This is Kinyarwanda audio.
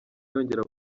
yongera